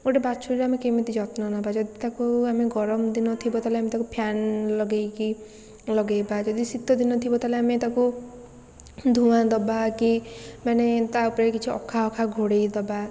ଗୋଟେ ବାଛୁରୀର ଆମେ କେମିତି ଯତ୍ନ ନେବା ଯଦି ତାକୁ ଆମେ ଗରମ ଦିନ ଥିବ ତାହେଲେ ଆମେ ତାକୁ ଫ୍ୟାନ୍ ଲଗେଇକି ଲଗେଇବା ଯଦି ଶୀତ ଦିନ ଥିବ ତାହେଲେ ଆମେ ତାକୁ ଧୂଆଁ ଦେବା କି ମାନେ ତା' ଉପରେ କିଛି ଅଖା ଅଖା ଘୋଡ଼େଇ ଦେବା